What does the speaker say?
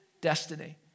destiny